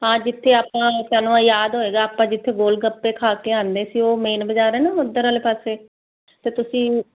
ਹਾਂ ਜਿੱਥੇ ਆਪਾਂ ਤੁਹਾਨੂੰ ਯਾਦ ਹੋਏਗਾ ਆਪਾਂ ਜਿੱਥੇ ਗੋਲ ਗੱਪੇ ਖਾ ਕੇ ਆਉਂਦੇ ਸੀ ਉਹ ਮੇਨ ਬਾਜ਼ਾਰ ਹੈ ਨਾ ਉੱਧਰ ਵਾਲੇ ਪਾਸੇ ਅਤੇ ਤੁਸੀਂ